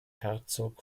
herzog